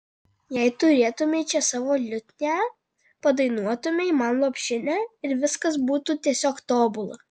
jei turėtumei čia savo liutnią padainuotumei man lopšinę ir viskas būtų tiesiog tobula